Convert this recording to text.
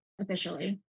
officially